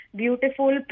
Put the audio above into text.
beautiful